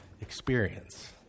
experience